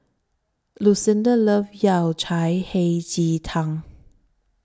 Lucinda loves Yao Cai Hei Ji Tang